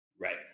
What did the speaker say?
Right